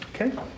okay